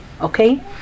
Okay